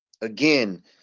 Again